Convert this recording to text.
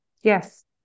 Yes